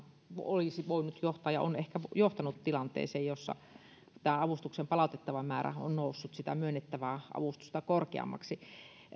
olisi voinut johtaa ja on ehkä johtanut tilanteeseen jossa avustuksen palautettava määrä on noussut sitä myönnettävää avustusta korkeammaksi